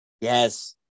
Yes